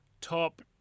top